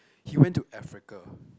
he went to Africa